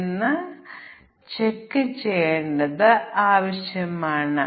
ഈ സാഹചര്യത്തിൽ ഓരോ വേരിയബിളിനും ഞങ്ങൾക്ക് ഏഴ് ടെസ്റ്റ് കേസുകൾ ആവശ്യമാണ്